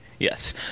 Yes